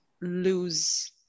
lose